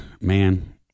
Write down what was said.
man